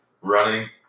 Running